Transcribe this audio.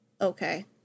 okay